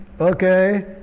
okay